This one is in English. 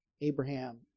Abraham